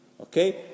Okay